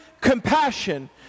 compassion